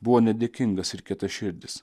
buvo nedėkingas ir kietaširdis